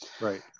Right